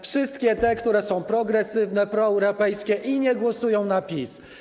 Wszystkie te, które są progresywne, proeuropejskie i nie głosują na PiS.